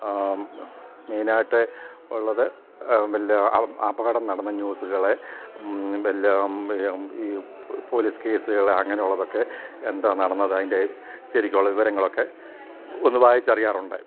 മെയിനായിട്ട് ഉള്ളത് വലിയ അപകടം നടന്ന ന്യൂസുകൾ വലിയ ഈ പോലീസ് കേസുകളെ അങ്ങനെയുള്ളതൊക്കെ എന്താണ് നടന്നത് അതിൻ്റെ ശരിക്കുമുള്ള വിവരങ്ങളൊക്കെ ഒന്ന് വായിച്ചറിയാറുണ്ട്